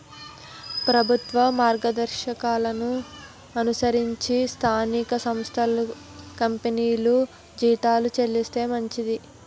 ప్రభుత్వ మార్గదర్శకాలను అనుసరించి స్థానిక సంస్థలు కంపెనీలు జీతాలు చెల్లిస్తే మంచిది